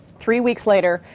three weeks later,